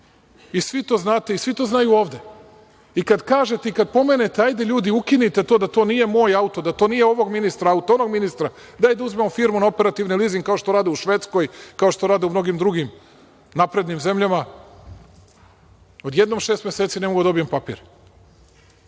Svi to znate, i svi to znaju ovde. I kad kažete i kada pomenete – hajde ljudi, ukinite to, da to nije moj auto, da to nije ovog ministra, auto onog ministra, daj da uzmemo firmu na operativni lizing, kao što rade u Švedskoj, kao što rade u mnogim drugim naprednim zemljama, odjednom šest meseci ne mogu da dobijem papir.